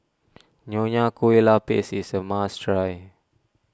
Nonya Kueh Lapis is a must try